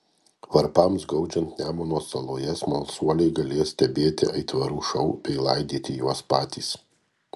varpams gaudžiant nemuno saloje smalsuoliai galės stebėti aitvarų šou bei laidyti juos patys